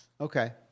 Okay